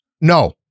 no